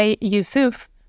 Yusuf